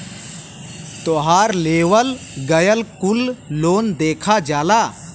तोहार लेवल गएल कुल लोन देखा जाला